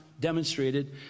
demonstrated